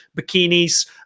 bikinis